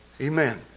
Amen